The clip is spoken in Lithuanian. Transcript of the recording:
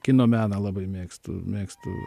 kino meną labai mėgstu mėgstu